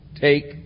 take